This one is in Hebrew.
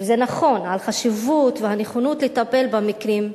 וזה נכון, על החשיבות והנכונות לטפל במקרים.